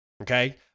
Okay